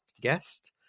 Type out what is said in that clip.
guest